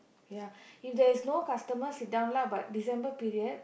ya if there is no customer sit down lah but December period